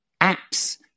apps